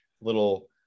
little